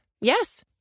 Yes